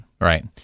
Right